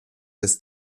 des